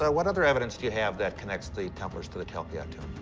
ah what other evidence do you have that connects the templars to the talpiot tomb?